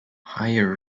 higher